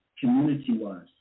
community-wise